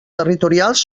territorials